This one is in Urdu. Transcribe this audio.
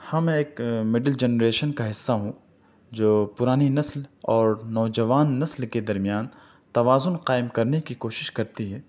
ہم ایک مڈل جنریشن کا حصّہ ہوں جو پرانی نسل اور نوجوان نسل کے درمیان توازن قائم کرنے کی کوشش کرتی ہے